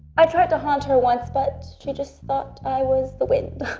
i tried to haunt her once, but she just thought i was the wind.